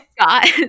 Scott